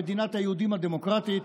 במדינת היהודים הדמוקרטית